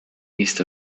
east